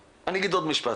ברשותכם, אני אומר עוד משפט.